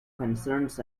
concerns